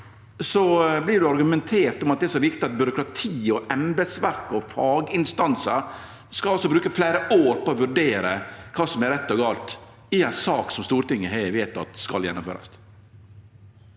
vert det argumentert med at det er så viktig at byråkrati, embetsverk og faginstansar skal bruke fleire år på å vurdere kva som er rett og galt i ei sak som Stortinget har vedteke skal gjennomførast.